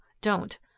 don't